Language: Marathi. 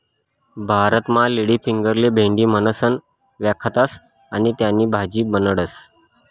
भारतमा लेडीफिंगरले भेंडी म्हणीसण व्यकखतस आणि त्यानी भाजी बनाडतस